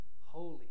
holy